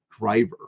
driver